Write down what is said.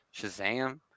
Shazam